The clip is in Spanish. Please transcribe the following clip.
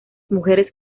mujeres